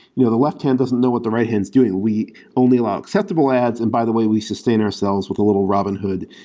no. the left hand doesn't know what the right hand's doing. we only allow acceptable ads. and by the way, we sustain ourselves with a little robin hood,